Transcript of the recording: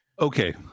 okay